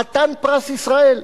חתן פרס ישראל,